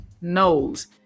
knows